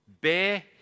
bear